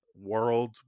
world